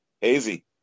Hazy